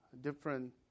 different